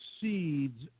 seeds